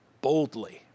boldly